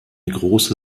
große